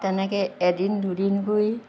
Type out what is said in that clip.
তেনেকৈ এদিন দুদিনকৈ